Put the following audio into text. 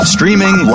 Streaming